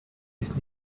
ist